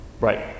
Right